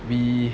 we